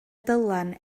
dylan